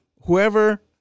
whoever